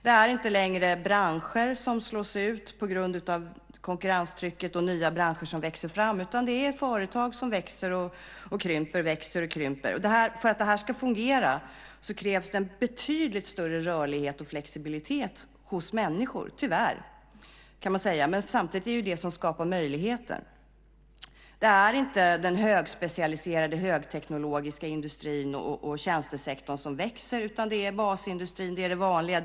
Det är inte längre branscher som slås ut på grund av konkurrenstrycket och nya branscher som växer fram, utan det är företag som växer och krymper, växer och krymper. För att det här ska fungera krävs det betydligt större rörlighet och flexibilitet hos människor. Tyvärr, kan man säga, men samtidigt är det ju det som skapar möjligheter. Det är inte den högspecialiserade, högteknologiska industrin och tjänstesektorn som växer utan det är basindustrin. Det är det vanliga.